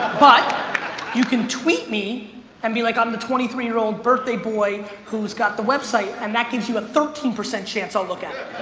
but you can tweet me and be like i'm the twenty three year old birthday boy who's got the website and that gives you a thirteen percent chance i'll look at